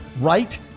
right